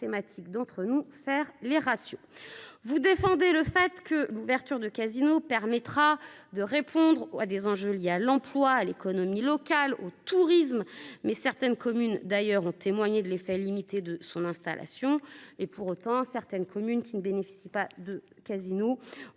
d'entre nous faire les ratios vous défendez le fait que l'ouverture de casino permettra de répondre à des enjeux liés à l'emploi à l'économie locale au tourisme. Mais certaines communes d'ailleurs en témoigner de l'effet limité de son installation et pour autant, certaines communes qui ne bénéficient pas de Casino ont